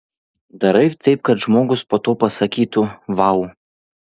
darai taip kad žmogus po to pasakytų vau